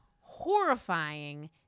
horrifying